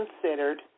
considered